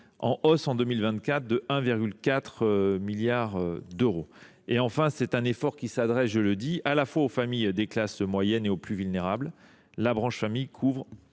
en hausse en 2024 de 1,4 milliard d’euros. Cet effort s’adresse à la fois aux familles des classes moyennes et aux plus vulnérables. La branche famille couvre